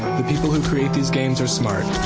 the people who create these games are smart.